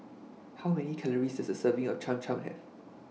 How Many Calories Does A Serving of Cham Cham Have